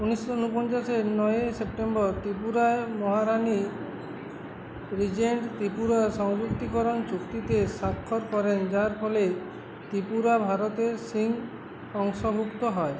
উনিশশো উনপঞ্চাশের নয়ই সেপ্টেম্বর তিপুরায় মহারাণী রিজেন্ট ত্রিপুরা সংযুক্তিকরণ চুক্তিতে স্বাক্ষর করেন যার ফলে ত্রিপুরা ভারতের সিন অংশভুক্ত হয়